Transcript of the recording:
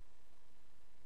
וכשהם באו לארץ-ישראל,